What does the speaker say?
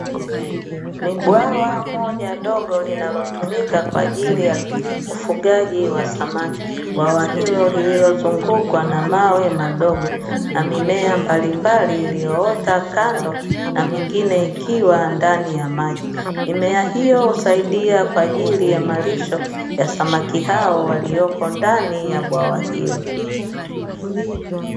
Ni bwawa moja dogo linalotumika kwa ajili ya ufugaji wa samaki, bwawa hilo lililozungukwa na mawe madogo na mimea mbali mbali iliyoota kando na mingine ikiwa ndani ya maji, mimea hiyo husaidia kwa ajili ya malisho ya samaki hao walioko ndani ya bwawa hilo.